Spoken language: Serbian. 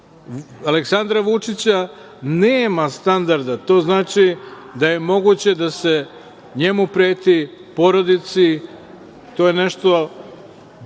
Aleksandra Vučića nema standarda. To znači da je moguće da se njemu preti, porodici, nešto